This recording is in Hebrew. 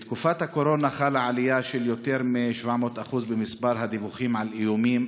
בתקופת הקורונה חלה עלייה של יותר מ-700% במספר הדיווחים על איומים,